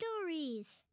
Stories